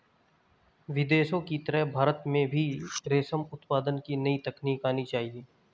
विदेशों की तरह भारत में भी रेशम उत्पादन की नई तकनीक आनी चाहिए